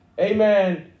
amen